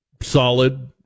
solid